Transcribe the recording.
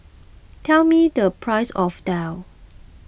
tell me the price of Daal